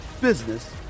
business